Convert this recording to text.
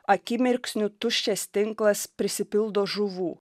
akimirksniu tuščias tinklas prisipildo žuvų